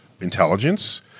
intelligence